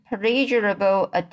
pleasurable